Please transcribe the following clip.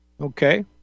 Okay